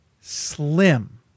Slim